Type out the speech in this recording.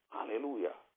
Hallelujah